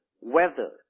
weather